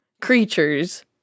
creatures